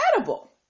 edible